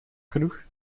genoeg